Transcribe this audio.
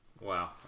Wow